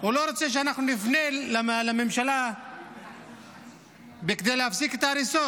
הוא לא רוצה שאנחנו נפנה לממשלה בכדי להפסיק את ההריסות.